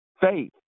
Faith